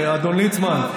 אדון ליצמן,